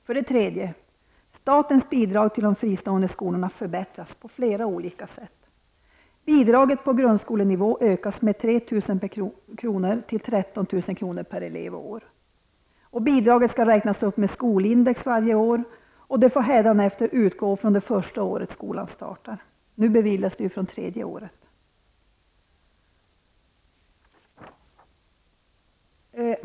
För det tredje: Statens bidrag till de fristående skolorna förbättras på flera olika sätt. Bidraget på grundskolenivå höjs med 3 000 kr. till 13 000 kr. per elev och år. Bidraget skall räknas upp med skolindex varje år, och det skall hädanefter utgå fr.o.m. första skolåret. Nu beviljas det ju från tredje skolåret.